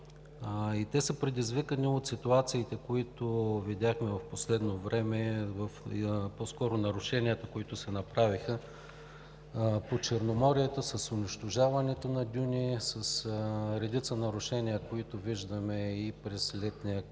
и са предизвикани от ситуациите, които видяхме в последно време, по-скоро нарушенията, които се направиха по Черноморието с унищожаването на дюни, с редица нарушения, които виждаме и през летния